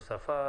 זו שפה?